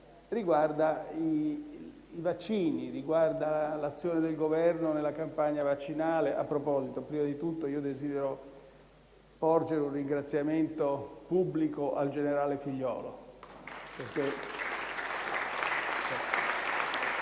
riguarda i vaccini e l'azione del Governo nella campagna vaccinale. A questo proposito, prima di tutto desidero porgere un ringraziamento pubblico al generale Figliuolo